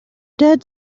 dead